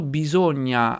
bisogna